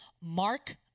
Mark